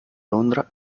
londra